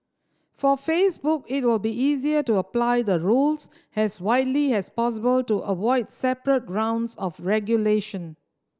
for Facebook it will be easier to apply the rules as widely as possible to avoid separate rounds of regulation